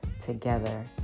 together